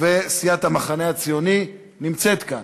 סיעת המחנה הציוני נמצאת כאן.